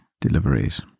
deliveries